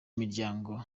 imiryango